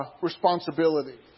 responsibility